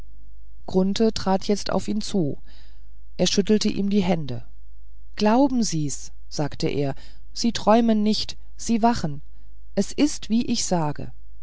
trat jetzt auf ihn zu er schüttelte ihm die hände glauben sie's sagte er sie träumen nicht sie wachen es ist wie ich sage